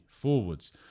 forwards